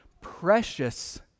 precious